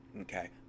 okay